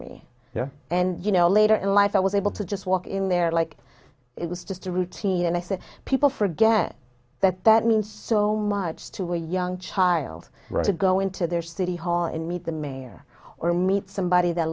me and you know later in life i was able to just walk in there like it was just a routine and i said people forget that that means so much to a young child to go into their city hall and meet the mayor or meet somebody that